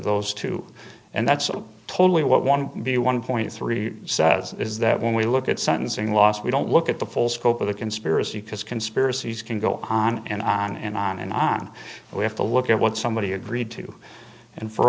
those two and that's totally what one b one point three says is that when we look at sentencing last we don't look at the full scope of the conspiracy because conspiracies can go on and on and on and on we have to look at what somebody agreed to and for